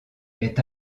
est